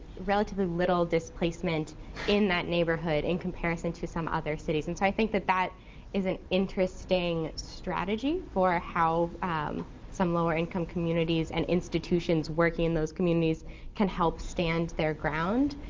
relatively little displacement in that neighborhood in and comparison to some other cities. and i think that that is an interesting strategy for how some lower income communities and institutions working in those communities can help stand their ground.